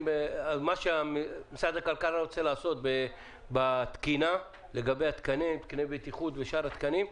מה שמשרד הכלכלה רוצה לעשות בתקינה לגבי תקני בטיחות ושאר התקנים.